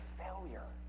failure